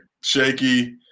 shaky